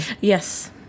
Yes